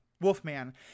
Wolfman